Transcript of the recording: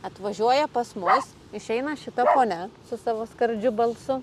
atvažiuoja pas mus išeina šita ponia su savo skardžiu balsu